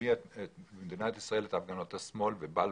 שהביא למדינת ישראל את הפגנות השמאל בבלפור,